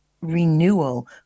renewal